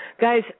guys